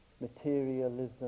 materialism